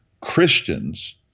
Christians